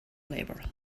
label